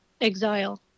Exile